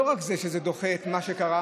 לא רק זה שזה דוחה את מה שקרה,